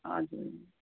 हजुर